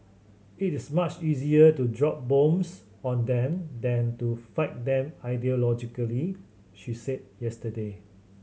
it is much easier to drop bombs on them than to fight them ideologically she said yesterday